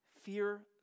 Fear